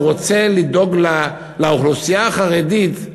הוא רוצה לדאוג לאוכלוסייה החרדית,